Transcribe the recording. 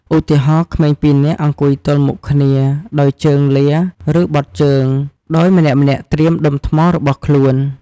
ឧទាហរណ៍ ក្មេងពីរនាក់អង្គុយទល់មុខគ្នាដោយជើងលា ឬបត់ជើង ដោយម្នាក់ៗត្រៀមដុំថ្មរបស់ខ្លួន។